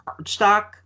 cardstock